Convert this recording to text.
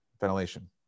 ventilation